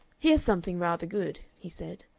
here's something rather good, he said,